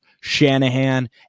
Shanahan